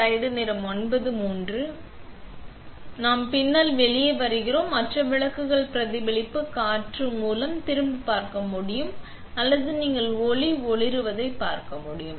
எனவே நாம் பின்னால் வெளியே வருகிறோம் மற்றும் விளக்குகள் பிரதிபலிப்பு காற்று மூலம் திரும்பி பார்க்க முடியும் அல்லது நீங்கள் ஒளி ஒளிரும் பார்க்க முடியும்